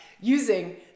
using